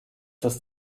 das